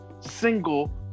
single